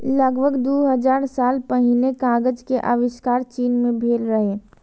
लगभग दू हजार साल पहिने कागज के आविष्कार चीन मे भेल रहै